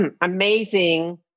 amazing